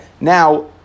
Now